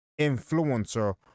influencer